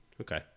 Okay